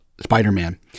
Spider-Man